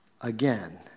again